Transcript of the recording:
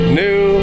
new